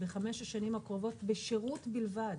בחמש השנים הקרובות בשירות בלבד,